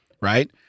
right